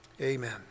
Amen